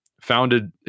founded